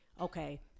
okay